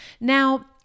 Now